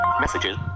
messages